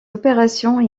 opérations